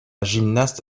gymnaste